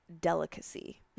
delicacy